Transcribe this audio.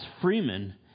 freeman